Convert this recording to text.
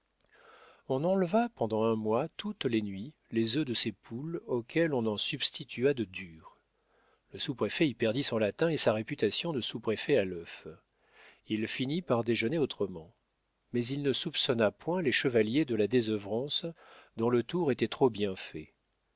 on enleva pendant un mois toutes les nuits les œufs de ses poules auxquels on en substitua de durs le sous-préfet y perdit son latin et sa réputation de sous-préfet à l'œuf il finit par déjeuner autrement mais il ne soupçonna point les chevaliers de la désœuvrance dont le tour était trop bien fait